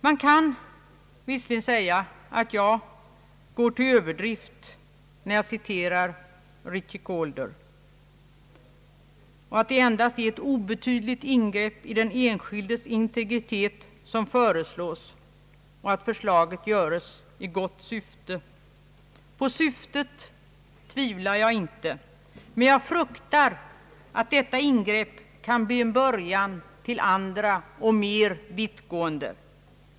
Man kan naturligtvis säga att jag går till överdrift när jag citerar Ritchie Calder och att det endast är ett obetydligt ingrepp i den enskildes integritet som här föreslås och att förslaget framföres i gott syfte. På syftet tvivlar jag inte, men jag fruktar att detta ingrepp kan bli en början till andra och mer vittgående.